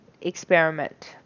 experiment